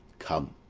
come,